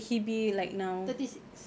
thirty six